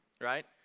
right